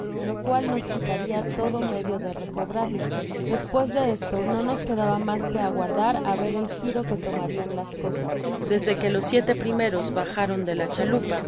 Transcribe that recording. lo cual nos quitaria todo medio de recobrarlo despues de esto no nos quedaba mas que aguardar á ver el giro que tomarian las cosas desde que los siete primeros bajaron de la chalupa los